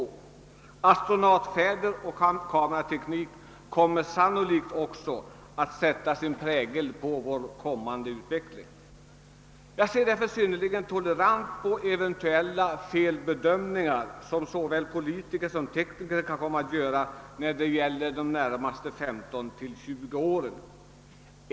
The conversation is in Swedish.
Astronautfärder och <:kamerateknik kommer sannolikt också att sätta sin prägel på utvecklingen. Jag ser därför synnerligen tolerant på eventuella felbedömningar som såväl politiker som tekniker kan göra beträffande de närmaste 15—20 åren.